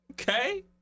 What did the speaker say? Okay